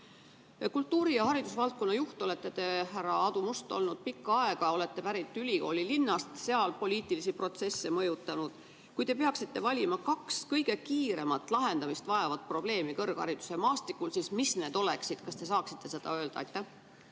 Kultuuri‑ ja haridusvaldkonna juht olete te, härra Aadu Must, olnud pikka aega. Te olete pärit ülikoolilinnast, seal poliitilisi protsesse mõjutanud. Kui te peaksite valima kaks kõige kiiremat lahendamist vajavat probleemi kõrghariduse maastikul, siis mis need oleksid? Kas te saaksite seda öelda?